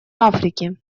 африки